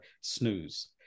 snooze